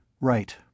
Right